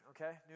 okay